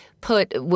put –